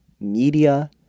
media